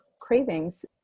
cravings